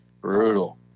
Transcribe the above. Brutal